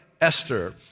Esther